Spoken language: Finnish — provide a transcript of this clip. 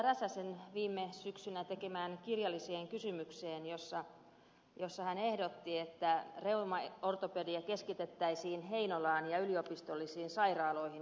räsäsen viime syksynä tekemään kirjalliseen kysymykseen jossa hän ehdotti että reumaortopedia keskitettäisiin heinolaan ja yliopistollisiin sairaaloihin joissa on reumayksikkö